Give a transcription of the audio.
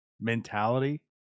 mentality